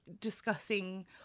discussing